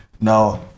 Now